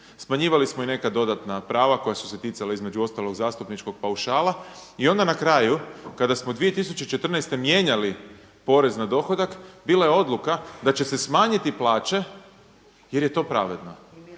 smanjivali smo i neka dodatna prava koja su se ticala između ostalog zastupničkog paušala i onda na kraju kada smo 2014. mijenjali porez na dohodak bila je odluka da će se smanjiti jer je to pravedno.